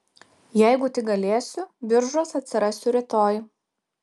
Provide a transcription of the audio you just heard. jeigu tik galėsiu biržuos atsirasiu rytoj